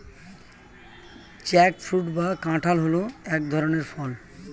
jackfruit বা কাঁঠাল হল এক ধরনের ফল